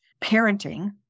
parenting